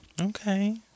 Okay